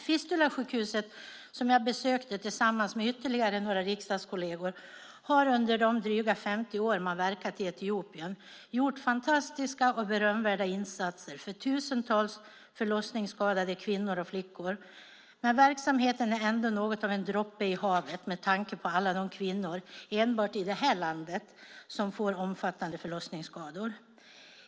Fistulasjukhuset, som jag besökte tillsammans med ytterligare några riksdagskolleger, har under de dryga 50 år man verkat i Etiopien gjort fantastiska och berömvärda insatser för tusentals förlossningsskadade kvinnor och flickor, men verksamheten är ändå något av en droppe i havet med tanke på alla de kvinnor enbart i det här landet som får omfattande förlossningsskador.